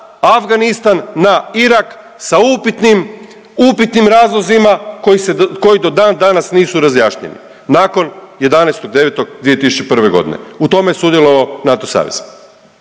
Afganistan, na Irak sa upitnim, upitnim razlozima koji do dan danas nisu razjašnjeni nakon 11.9.2001. g., u tome je sudjelovao NATO savez.